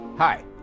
Hi